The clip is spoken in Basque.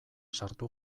sartu